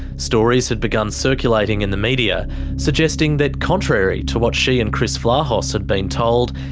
stories had begun circulating in the media suggesting that contrary to what she and chris vlahos had been told,